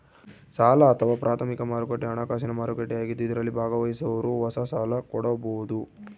ಸಾಲ ಅಥವಾ ಪ್ರಾಥಮಿಕ ಮಾರುಕಟ್ಟೆ ಹಣಕಾಸಿನ ಮಾರುಕಟ್ಟೆಯಾಗಿದ್ದು ಇದರಲ್ಲಿ ಭಾಗವಹಿಸೋರು ಹೊಸ ಸಾಲ ಕೊಡಬೋದು